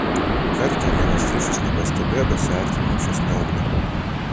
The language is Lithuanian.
kartą vienas triušis nepastebėjo besiartinančio smauglio